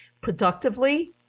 productively